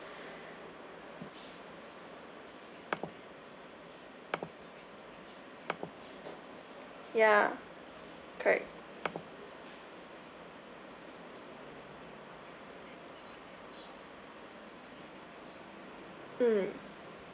ya correct mm